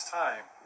time